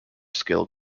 scale